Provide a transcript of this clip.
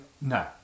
No